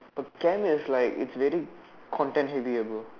but Chem is like it's very content heavy ah bro